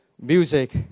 music